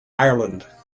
ireland